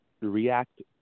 react